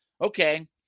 Okay